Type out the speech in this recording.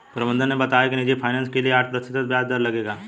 प्रबंधक ने बताया कि निजी फ़ाइनेंस के लिए आठ प्रतिशत ब्याज दर लगेगा